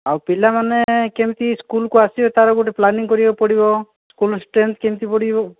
ଆଉ ପିଲାମାନେ କେମିତି ସ୍କୁଲ୍କୁ ଆସିବେ ତା'ର ଗୋଟେ ପ୍ଲାନିଂ କରିବାକୁ ପଡ଼ିବ ସ୍କୁଲ୍ ସ୍ଟ୍ରେନ୍ଥ୍ କେମିତି ବଢ଼ିବ